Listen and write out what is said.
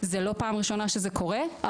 זאת לא הפעם הראשונה שזה קורה,